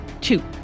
Two